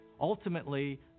Ultimately